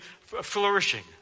flourishing